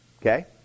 Okay